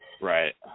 Right